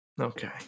Okay